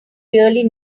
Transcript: really